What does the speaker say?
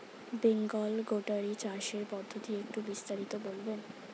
Bengal goatery চাষের পদ্ধতি একটু বিস্তারিত বলবেন?